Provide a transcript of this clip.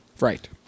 Right